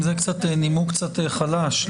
זה נימוק קצת חלש.